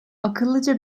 akıllıca